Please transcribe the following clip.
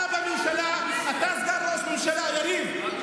אתה בממשלה, אתה סגן ראש הממשלה, יריב.